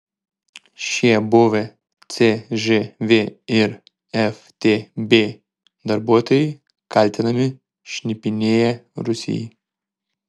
šie buvę cžv ir ftb darbuotojai kaltinami šnipinėję rusijai